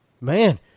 man